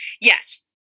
Yes